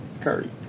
Curry